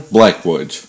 Blackwood